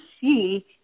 see